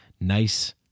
nice